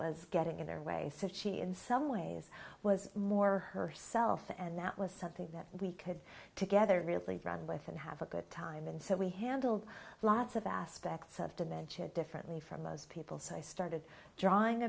was getting in their way said she in some ways was more herself and that was something that we could together really run with and have a good time and so we handled lots of aspects of dementia differently from most people so i started drawing